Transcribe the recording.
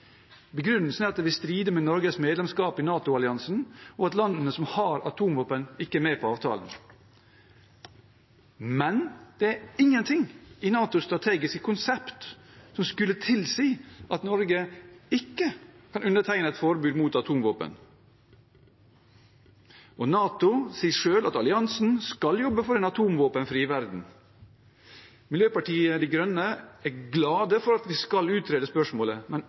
Begrunnelsen er at det vil stride mot Norges medlemskap i NATO-alliansen, og at landene som har atomvåpen, ikke er med på avtalen. Men det er ingenting i NATOs strategiske konsept som skulle tilsi at Norge ikke kan undertegne et forbud mot atomvåpen, og NATO sier selv at alliansen skal jobbe for en atomvåpenfri verden. Miljøpartiet De Grønne er glad for at vi skal utrede spørsmålet, men